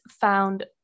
found